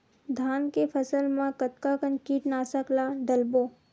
धान के फसल मा कतका कन कीटनाशक ला डलबो?